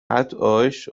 euch